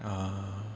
ah